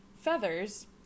feathers